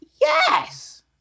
Yes